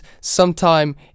sometime